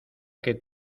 que